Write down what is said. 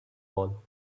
wall